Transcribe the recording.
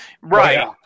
Right